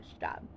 job